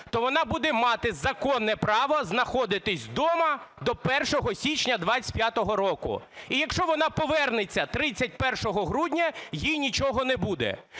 то вона буде мати законне право знаходитись дома до 1 січня 2025 року. І якщо вона повернеться 31 грудня, їй нічого не буде.